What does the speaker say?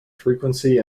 frequency